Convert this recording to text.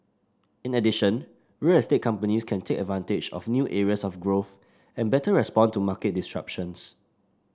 in addition real estate companies can take advantage of new areas of growth and better respond to market disruptions